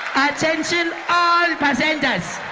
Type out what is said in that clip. attention all passengers!